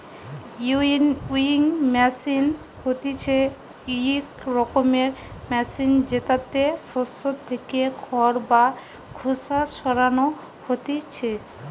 winnowing machine হতিছে ইক রকমের মেশিন জেতাতে শস্য থেকে খড় বা খোসা সরানো হতিছে